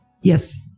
Yes